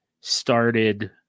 started